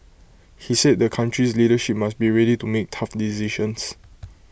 he said the country's leadership must be ready to make tough decisions